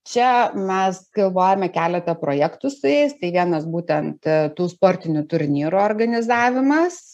čia mes galvojame keletą projektų su jais tai vienas būtent tų sportinių turnyrų organizavimas